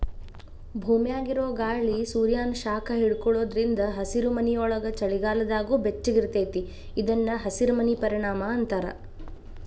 ಭೂಮ್ಯಾಗಿರೊ ಗಾಳಿ ಸೂರ್ಯಾನ ಶಾಖ ಹಿಡ್ಕೊಳೋದ್ರಿಂದ ಹಸಿರುಮನಿಯೊಳಗ ಚಳಿಗಾಲದಾಗೂ ಬೆಚ್ಚಗಿರತೇತಿ ಇದನ್ನ ಹಸಿರಮನಿ ಪರಿಣಾಮ ಅಂತಾರ